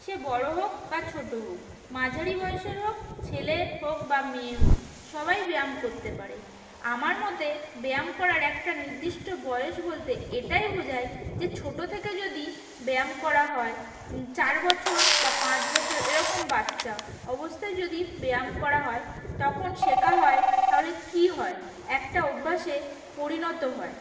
সে বড়ো হোক বা ছোটো হোক মাঝারি বয়েসের হোক ছেলে হোক বা মেয়ে হোক সবাই ব্যায়াম করতে পারে আমার মতে ব্যায়াম করার একটা নির্দিষ্ট বয়স বলতে এটাই বোঝায় যে ছোটো থেকে যদি ব্যায়াম করা হয় চার বছর বা পাঁচ বছর এরকম বাচ্চা অবস্থায় যদি ব্যায়াম করা হয় তখন সেখা হয় তাহলে কী হয় একটা অভ্যাসে পরিণত হয়